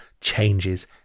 changes